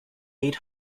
eight